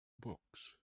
books